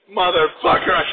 motherfucker